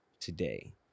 today